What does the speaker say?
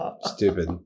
Stupid